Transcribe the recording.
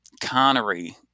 Connery